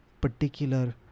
particular